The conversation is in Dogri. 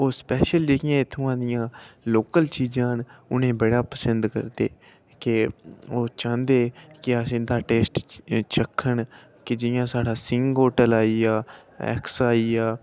ओह् स्पेशल जेह्कियां इत्थुआं दियां लोकल चीज़ां न उ'नें ईं बड़ा पसंद करदे के ओह् चाहंदे केह् आखदे' इं'दा टेस्ट चक्खन की जि'यां साढ़ा सिहं होटल आई गेआ एक्स आई गेआ